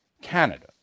Canada